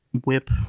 whip